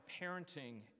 parenting